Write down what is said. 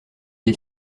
est